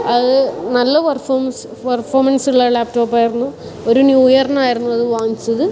അത് നല്ല performance performance ഉള്ള ലാപ്ടോപ്പ് ആയിരുന്നു ഒരു ന്യൂ ഇയറിനായിരുന്നു അത് വാങ്ങിച്ചത്